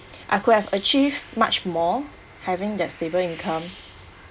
I could have achieved much more having that stable income